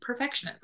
perfectionism